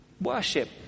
worship